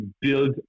build